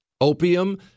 Opium